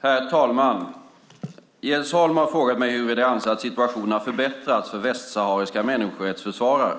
Herr talman! Jens Holm har frågat mig huruvida jag anser att situationen har förbättrats för västsahariska människorättsförsvarare